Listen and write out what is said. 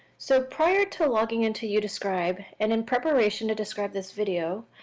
so prior to logging into youdescribe and in preparation to describe this video,